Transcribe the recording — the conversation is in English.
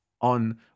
on